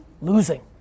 losing